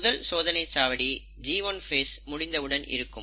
முதல் சோதனை சாவடி G1 ஃபேஸ் முடிந்தவுடன் இருக்கும்